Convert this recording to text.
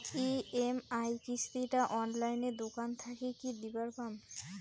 EMI কিস্তি টা অনলাইনে দোকান থাকি কি দিবার পাম?